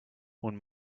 one